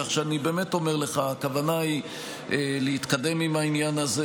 כך שאני באמת אומר לך שהכוונה היא להתקדם עם העניין הזה.